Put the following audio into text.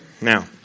Now